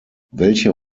welche